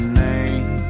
name